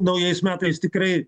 naujais metais tikrai